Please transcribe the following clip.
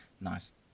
nice